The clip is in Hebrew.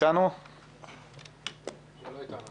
הוא לא איתנו.